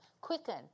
quicken